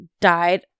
died